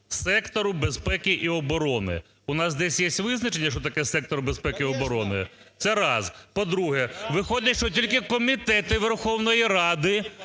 сектору безпеки і оборони. У нас десь є визначення, що таке сектор безпеки і оборони? Це раз. По-друге, виходить що тільки комітети Верховної Ради